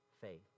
faith